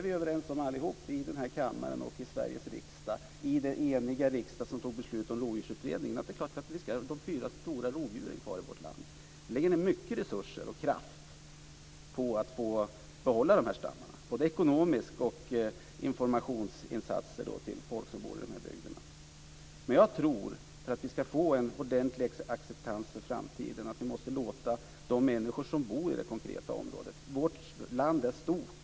Vi är alla i denna kammare och i Sveriges riksdag - den eniga riksdag som tog beslut om lodjursutredningen - att det är självklart att vi ska ha kvar de fyra stora rovdjuren i vårt land. Vi lägger ned mycket kraft och resurser på att behålla de här stammarna, både ekonomiskt och genom informationsinsatser till folk som bor i dessa bygder. För att vi ska få en ordentlig acceptans för framtiden tror jag att vi måste låta de människor som bor i det konkreta området vara delaktiga. Vårt land är stort.